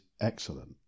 excellent